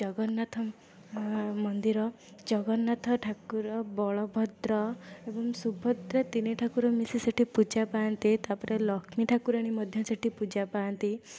ଜଗନ୍ନାଥ ମନ୍ଦିର ଜଗନ୍ନାଥ ଠାକୁର ବଳଭଦ୍ର ଏବଂ ସୁଭଦ୍ରା ତିନି ଠାକୁର ମିଶି ସେଇଠି ପୂଜାପାଆନ୍ତି ତା'ପରେ ଲକ୍ଷ୍ମୀ ଠାକୁରାଣୀ ମଧ୍ୟ ସେଇଠି ପୂଜା ପାଆନ୍ତି